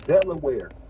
Delaware